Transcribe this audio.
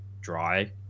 dry